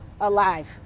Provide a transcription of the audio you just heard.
alive